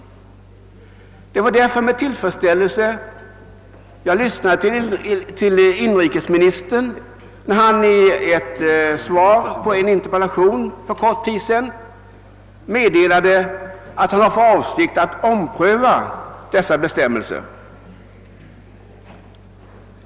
Det var därför med tillfredsställelse jag lyssnade till inrikesministern när han i svar på en interpellation för kort tid sedan meddelade att han hade för avsikt att ompröva bestämmelserna.